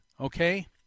okay